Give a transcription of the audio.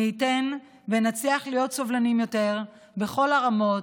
מי ייתן ונצליח להיות סובלניים יותר בכל הרמות: